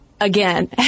again